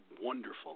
wonderful